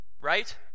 right